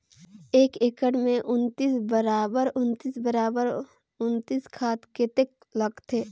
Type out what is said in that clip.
एक एकड़ मे उन्नीस बराबर उन्नीस बराबर उन्नीस खाद कतेक लगथे?